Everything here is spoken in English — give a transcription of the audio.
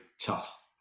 tough